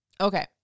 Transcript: Okay